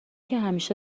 همیشه